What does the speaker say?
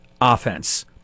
offense